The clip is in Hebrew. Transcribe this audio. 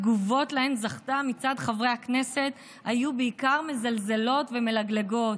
התגובות שלהן זכתה מצד חברי הכנסת היו בעיקר מזלזלות ומלגלגות.